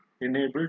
enable